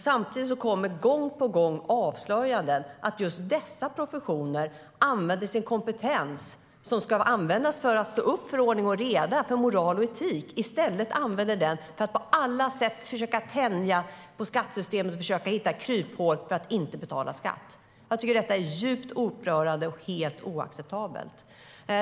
Samtidigt kommer gång på gång avslöjanden om att just dessa professioner använder sin kompetens, som ska användas för att stå upp för ordning och reda, moral och etik, för att på alla sätt försöka tänja på skattesystemet och hitta kryphål för att inte betala skatt. Jag tycker att detta är djupt upprörande och helt oacceptabelt.